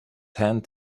hand